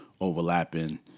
overlapping